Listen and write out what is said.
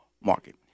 market